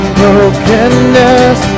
brokenness